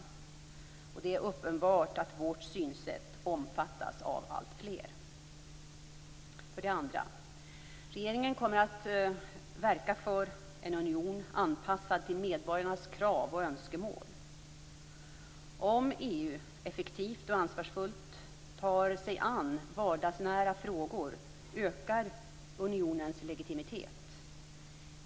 Det är uppenbart att vårt synsätt omfattas av alltfler. För det andra kommer regeringen att verka för en union anpassad till medborgarnas krav och önskemål. Om EU effektivt och ansvarsfullt tar sig an vardagsnära frågor ökar unionens legitimitet.